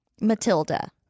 Matilda